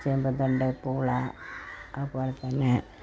ചേമ്പും തണ്ട് പൂള അതുപോലെ തന്നെ